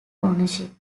ownership